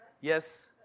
Yes